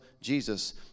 Jesus